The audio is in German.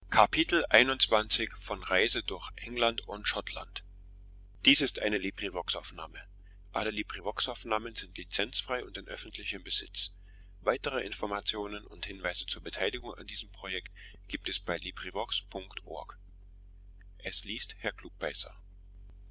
so gibt es